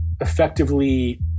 effectively